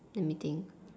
let me think